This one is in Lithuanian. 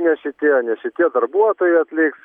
ne šitie ne šitie darbuotojai atliks